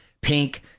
Pink